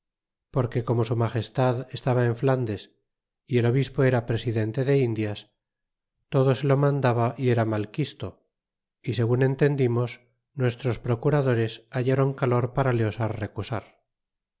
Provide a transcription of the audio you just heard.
porque como su magestad estaba en flandes y el obispo era presidente de indias todo se lo mandaba y era malquisto y segun entendimos nuestros procuradores hallron calor para le osar recusar